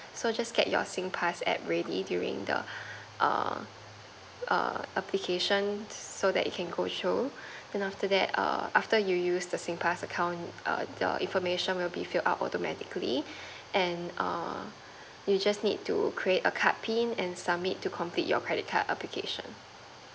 so just get your singpass at ready during the err err application so that you can go through and after that err after you used the singpass account err the information would be out automatically and err you just need to create a card pin and submit to complete your credit card application